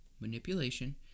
manipulation